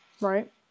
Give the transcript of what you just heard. Right